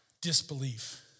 disbelief